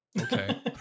okay